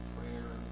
Prayer